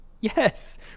yes